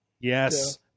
Yes